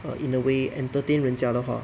in a way entertain 人家的话